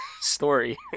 story